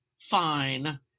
fine